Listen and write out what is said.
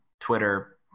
Twitter